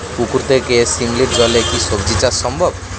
পুকুর থেকে শিমলির জলে কি সবজি চাষ সম্ভব?